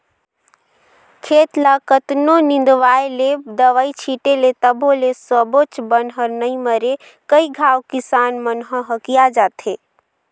खेत ल कतनों निंदवाय ले, दवई छिटे ले तभो ले सबोच बन हर नइ मरे कई घांव किसान मन ह हकिया जाथे